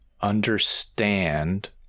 understand